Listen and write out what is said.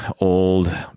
old